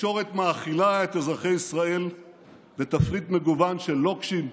התקשורת מאכילה את אזרחי ישראל בתפריט מגוון של לוקשים,